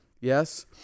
Yes